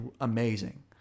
amazing